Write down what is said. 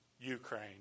Ukraine